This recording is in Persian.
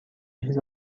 چیز